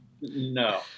No